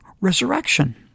resurrection